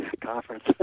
conference